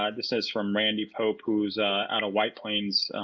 um this is from randy pope who is out of white plains,